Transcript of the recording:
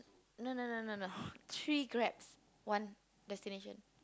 no no no no no tree Grabs one destination